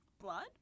Blood